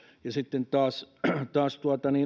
ja sitten taas taas